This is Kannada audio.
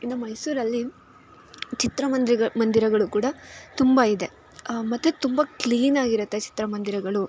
ಇನ್ನೂ ಮೈಸೂರಲ್ಲಿ ಚಿತ್ರಮಂದಿರಗಳು ಮಂದಿರಗಳು ಕೂಡ ತುಂಬ ಇದೆ ಮತ್ತು ತುಂಬ ಕ್ಲೀನಾಗಿರುತ್ತೆ ಚಿತ್ರ ಮಂದಿರಗಳು